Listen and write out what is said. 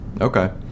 Okay